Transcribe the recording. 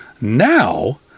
Now